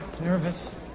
Nervous